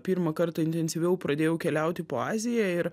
pirmą kartą intensyviau pradėjau keliauti po aziją ir